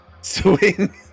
swing